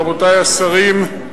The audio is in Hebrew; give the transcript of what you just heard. רבותי השרים,